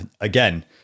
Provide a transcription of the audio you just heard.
again